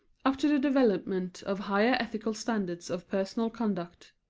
up to the development of higher ethical standards of personal conduct.